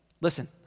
Listen